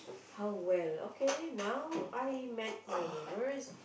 how well okay now I met my neighbours